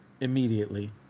immediately